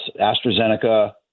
AstraZeneca